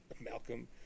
Malcolm